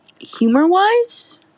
Humor-wise